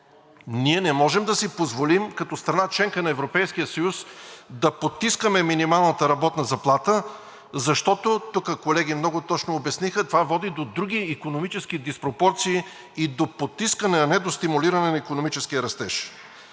Ние не можем да си позволим като страна – членка на Европейския съюз, да потискаме минималната работна заплата, защото – тук колеги много точно обясниха – това води до други икономически диспропорции и до потискане, а не до стимулиране на икономическия растеж.